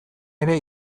ere